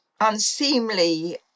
unseemly